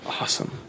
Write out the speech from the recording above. Awesome